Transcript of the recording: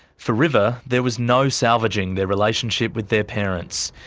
for river, there was no salvaging their relationship with their parents.